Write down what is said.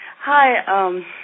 Hi